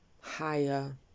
higher